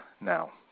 now